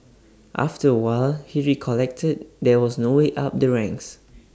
after A while he recollected there was no way up the ranks